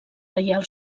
reial